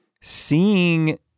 seeing